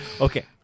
Okay